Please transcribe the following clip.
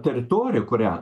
teritorija kurią